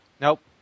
Nope